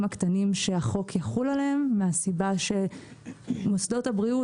קטנים שהחוק יחול עליהם מהסיבה שמוסדות הבריאות,